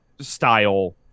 style